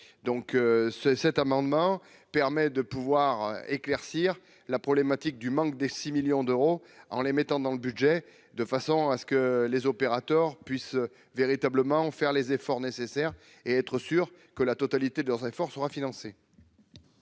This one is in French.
donc ce cet amendement permet de pouvoir éclaircir la problématique du manque des 6 millions d'euros, en les mettant dans le budget de façon à ce que les opérateurs puissent véritablement faire les efforts nécessaires et être sûr que la totalité de leurs efforts sera financé.